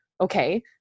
okay